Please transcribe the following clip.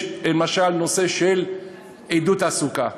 יש, למשל, נושא של עידוד תעסוקה.